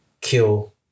kill